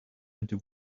into